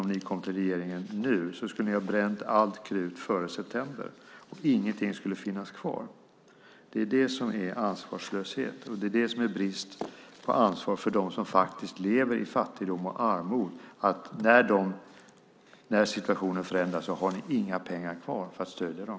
Om ni hade varit i regeringsställning nu skulle ni ha bränt allt krut före september och ingenting skulle finnas kvar. Det är det som är ansvarslöshet. Och det är brist på ansvar för dem som faktiskt lever i fattigdom och armod att när situationen förändras har ni inga pengar kvar för att stödja dem.